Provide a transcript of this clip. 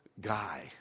guy